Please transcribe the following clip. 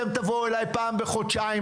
אתם תבואו אליי פעם בחודשיים,